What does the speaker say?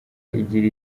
igira